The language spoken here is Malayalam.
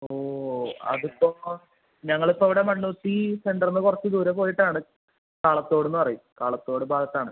ഓ അത് ഇപ്പോൾ ഞങ്ങൾ ഇപ്പം ഇവിടെ മണ്ണുത്തി സെൻ്ററ്നിന്ന് കുറച്ച് ദൂരെപ്പോയിട്ടാണ് കാളത്തോട് എന്ന് പറയും കാളത്തോട് ഭാഗത്താണ്